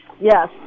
Yes